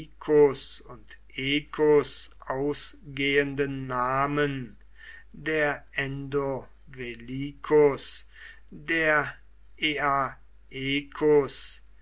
und ecus ausgehenden namen der endovellicus der